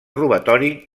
robatori